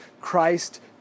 Christ